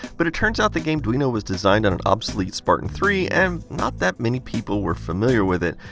but it turns out the gameduino was designed on an obsolete spartan three and not that many people were familiar with it.